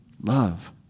love